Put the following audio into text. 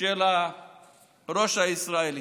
של הראש הישראלי.